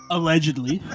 Allegedly